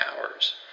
hours